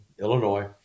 Illinois